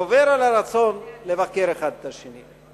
גובר על הרצון לבקר אחד את השני.